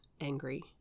angry